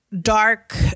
dark